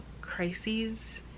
crises